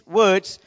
words